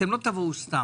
אתם לא תבואו סתם,